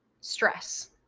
stress